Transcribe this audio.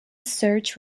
search